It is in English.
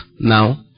now